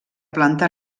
planta